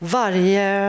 varje